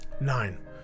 Nine